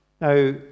Now